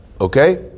Okay